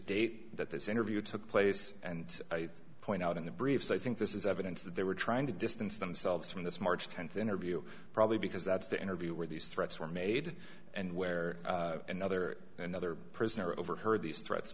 date that this interview took place and i point out in the briefs i think this is evidence that they were trying to distance themselves from this march tenth interview probably because that's the interview where these threats were made and where another another prisoner overheard these threats